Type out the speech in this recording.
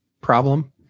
problem